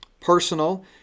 personal